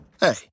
Hey